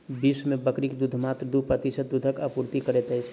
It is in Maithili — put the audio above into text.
विश्व मे बकरीक दूध मात्र दू प्रतिशत दूधक आपूर्ति करैत अछि